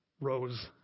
rose